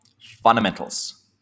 fundamentals